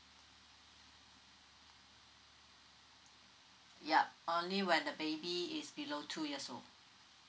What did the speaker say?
yup only when the baby is below two years old